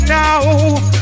now